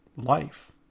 life